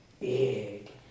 big